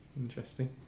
Interesting